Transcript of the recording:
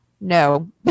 no